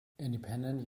independent